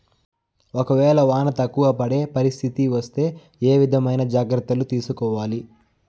ఒక వేళ వాన తక్కువ పడే పరిస్థితి వస్తే ఏ విధమైన జాగ్రత్తలు తీసుకోవాలి?